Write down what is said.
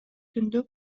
түндө